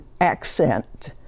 accent